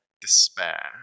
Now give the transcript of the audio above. despair